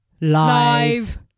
Live